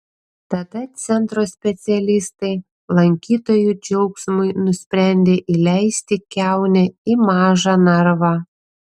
tada centro specialistai lankytojų džiaugsmui nusprendė įleisti kiaunę į mažą narvą